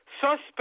suspect